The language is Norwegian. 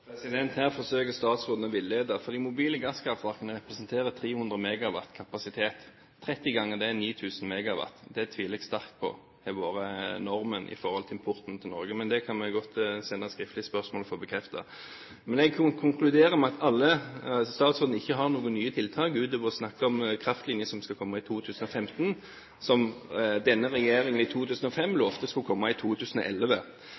Her forsøker statsråden å villede, for de mobile gasskraftverkene representerer 300 MW kapasitet – 30 ganger det er 9 000 MW. Det tviler jeg sterkt på har vært normen når det gjelder importen til Norge, men det kan vi godt sende skriftlig spørsmål om for å få bekreftet. Jeg konkluderer med at statsråden ikke har noen nye tiltak utover å snakke om kraftlinjer som skal komme i 2015, som denne regjeringen i 2005